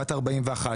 בת 41,